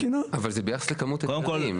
אבל זה ביחס לכמות ההיתרים.